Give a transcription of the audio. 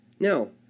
No